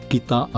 Kita